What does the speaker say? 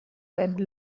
and